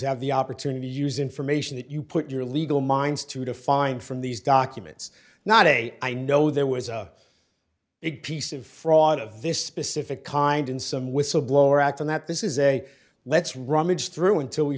is have the opportunity use information that you put your legal minds to to find from these documents not a i know there was a big piece of fraud of this specific kind in some whistleblower act and that this is a let's rummage through until we